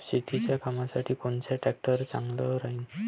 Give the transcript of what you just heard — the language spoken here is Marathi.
शेतीच्या कामासाठी कोनचा ट्रॅक्टर चांगला राहीन?